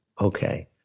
Okay